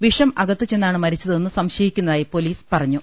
വിഷം അകത്തു ചെന്നാണ് മരിച്ചതെന്ന് സംശയിക്കുന്നതായി പൊലീസ് പറഞ്ഞു